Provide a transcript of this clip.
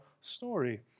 story